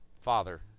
Father